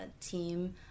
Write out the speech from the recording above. team